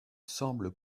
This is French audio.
semble